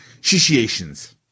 situations